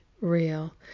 real